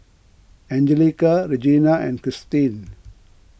Anjelica Regena and Christene